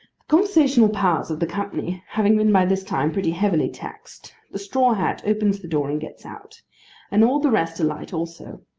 the conversational powers of the company having been by this time pretty heavily taxed, the straw hat opens the door and gets out and all the rest alight also.